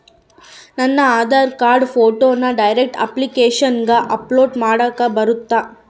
ನನ್ನ ಆಧಾರ್ ಕಾರ್ಡ್ ಫೋಟೋನ ಡೈರೆಕ್ಟ್ ಅಪ್ಲಿಕೇಶನಗ ಅಪ್ಲೋಡ್ ಮಾಡಾಕ ಬರುತ್ತಾ?